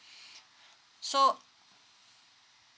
so